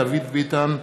דוד ביטן,